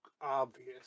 obvious